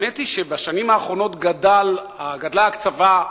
האמת היא שבשנים האחרונות גדלה ההקצבה,